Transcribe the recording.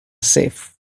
safe